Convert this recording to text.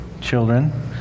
children